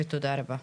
ותודה רבה.